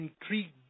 intrigued